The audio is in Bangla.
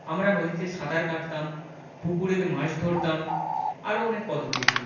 আমরা নদীতে সাঁতার কাটতাম পুকুরেতে মাছ ধরতাম আরও অনেক কত কিছু